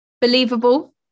believable